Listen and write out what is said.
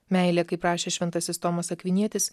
meilė kaip rašė šventasis tomas akvinietis